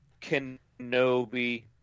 Kenobi